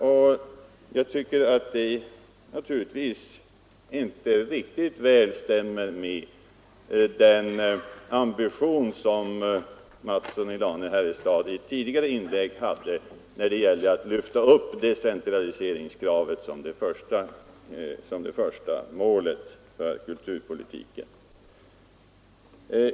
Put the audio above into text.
Herr Mattssons i Lane-Herrestad reaktion tycker jag inte stämmer med den ambition som han hade i ett tidigare inlägg då han talade om att lyfta upp decentraliseringskravet som det första målet för kulturpolitiken.